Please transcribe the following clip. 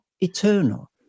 eternal